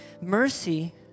Mercy